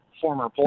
former